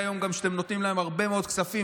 ושמעתי היום שאתם נותנים להם הרבה מאוד כספים.